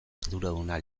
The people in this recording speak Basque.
arduraduna